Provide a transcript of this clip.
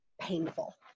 painful